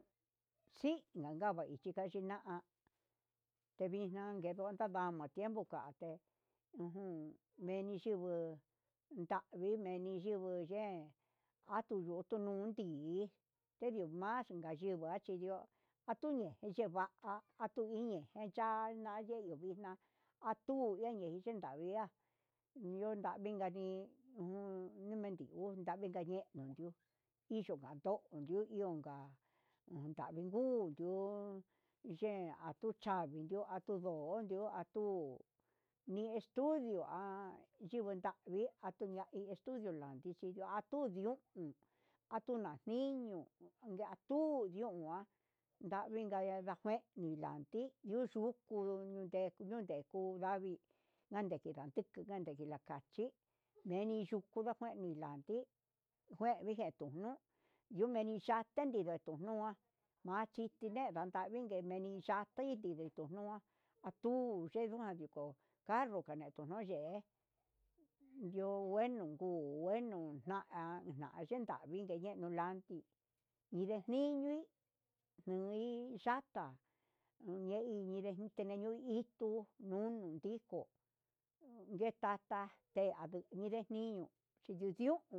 Si nakava inchachina ha kevixna kenduan tandama atiempo jate ujun meni yunguu ndami meni yunguu nuyen atunu yundu, hi tendio manxhega yuyendio atuni ndichi va'a atuin iin ya'á naye nuvixna antu ndeke ninavii iha inunyavi uun numendinguu nu ñavii inka ye'e ninu iyuu nandu nuu yuvió, ndonga nundavii nguu undu yean tuchani andio yingo ngo ondio atuu ni estudio ha yivii ndagui atuya hi estudio, yulandi ya'a na tuu ndio uun atuna jin iha atuun ndion ndavii najeña ndajue nuyati yuxuu, kuu niunde kuu ndavii ngande kida tiko ndande ndinakaché neni chu kundangueni nandi ngueni jituu nuu yedicha yamenitu nujan yanchi yidenka nachini meni iya'á kueti metu nuu nguan tuu yenduajan no kadoga nichenuin ye'e yuu nguenu kuu nguenu nichinaka na chendavii nuna ndiyendu lan, nindenuinki ngueni ya'ta ngueni inte tenreñui ituu noni ndii iko ye'e tata ngunuu nudte ninrí iho chinu niu.